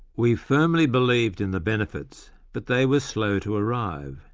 we firmly believed in the benefits, but they were slow to arrive.